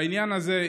בעניין הזה,